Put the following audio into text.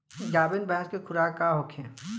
गाभिन भैंस के खुराक का होखे?